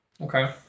Okay